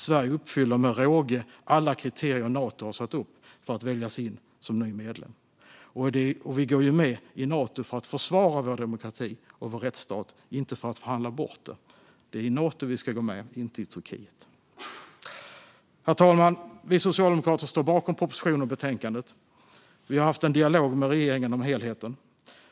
Sverige uppfyller med råge alla kriterier Nato har satt upp för att väljas in som ny medlem. Vi går ju med i Nato för att försvara vår demokrati och vår rättsstat, inte för att förhandla bort dem. Det är i Nato vi ska gå med, inte i Turkiet. Herr talman! Vi socialdemokrater står bakom propositionen och betänkandet. Vi har haft en dialog med regeringen om helheten.